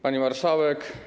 Pani Marszałek!